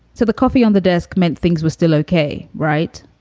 so the coffee on the desk meant things were still ok, right,